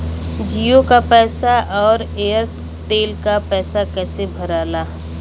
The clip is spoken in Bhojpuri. जीओ का पैसा और एयर तेलका पैसा कैसे भराला?